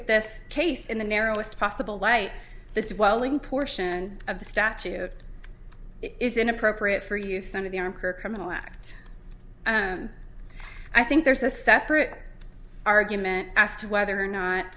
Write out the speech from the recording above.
at this case in the narrowest possible light the wilding portion of the statute is inappropriate for use some of the arc or criminal act i think there's a separate argument as to whether or not